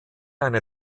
eine